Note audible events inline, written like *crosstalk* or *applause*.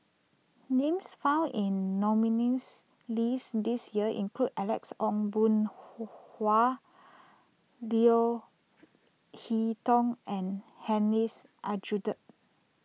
names found in the nominees' list this year include Alex Ong Boon *noise* Hau Leo Hee Tong and Hussein Aljunied